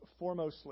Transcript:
foremostly